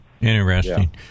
interesting